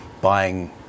buying